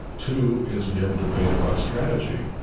two is, we have a debate about strategy.